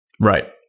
right